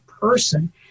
person